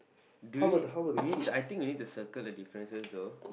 do it we need to I think we need to circle the differences though